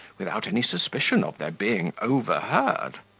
without any suspicion of their being overheard.